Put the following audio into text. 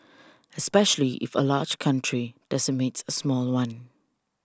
especially if a large country decimates a small one